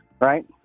right